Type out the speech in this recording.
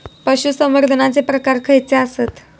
पशुसंवर्धनाचे प्रकार खयचे आसत?